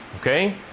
Okay